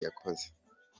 yakoze